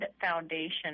foundation